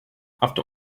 after